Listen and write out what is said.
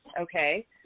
okay